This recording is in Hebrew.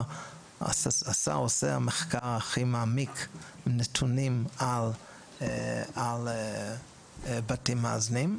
שעשה ועושה את המחקר הכי מעמיק עם נתונים על בתים מאזנים,